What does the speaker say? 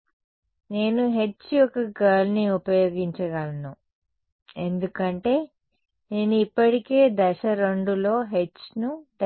కాబట్టి నేను H యొక్క కర్ల్ని ఉపయోగించగలను ఎందుకంటే నేను ఇప్పటికే దశ 2లో H ను H